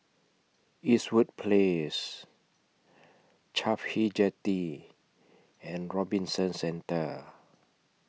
Eastwood Place Cafhi Jetty and Robinson Centre